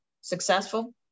successful